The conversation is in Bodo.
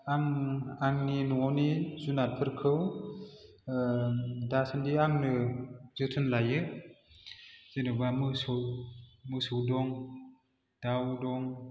आं आंनि न'नि जुनारफोरखौ दासान्दि आंनो जोथोन लायो जेनेबा मोसौ मोसौ दं दाव दं